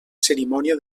cerimònia